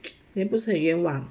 那不是很冤枉